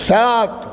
सात